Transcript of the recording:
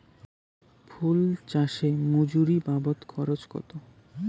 ফুল চাষে মজুরি বাবদ খরচ কত?